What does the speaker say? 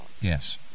Yes